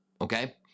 okay